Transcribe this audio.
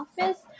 office